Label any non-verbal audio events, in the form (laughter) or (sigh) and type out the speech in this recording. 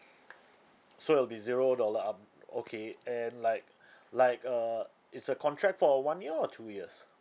so it'll be zero dollar up okay and like (breath) like uh is the contract for one year or two years